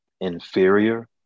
inferior